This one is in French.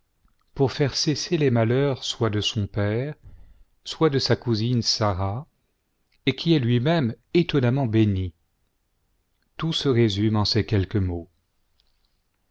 pour faire cesser les malheurs soit de son père soit de sa cousine sara et qui est lui-même étonnamment béni tout se résume en ces quelques mots